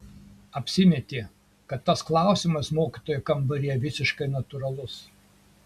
apsimetė kad tas klausimas mokytojų kambaryje visiškai natūralus